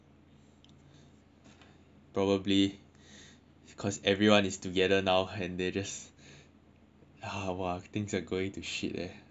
probably cause everyone is together now and they just ya !wah! things are going to shit eh